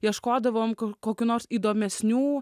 ieškodavom ko kokių nors įdomesnių